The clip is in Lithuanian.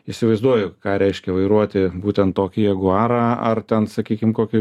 įsivaizduoju ką reiškia vairuoti būtent tokį jaguarą ar ten sakykim kokį